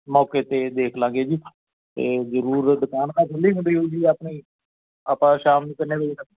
ਮੌਕੇ 'ਤੇ ਦੇਖ ਲਾਂਗੇ ਜੀ ਅਤੇ ਜ਼ਰੂਰ ਦੁਕਾਨ ਤਾਂ ਖੁੱਲ੍ਹੀ ਹੁੰਦੀ ਹੋਊ ਜੀ ਆਪਣੀ ਆਪਾਂ ਸ਼ਾਮ ਨੂੰ ਕਿੰਨੇ ਵਜੇ ਤੱਕ